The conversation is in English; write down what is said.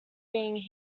being